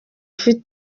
mfise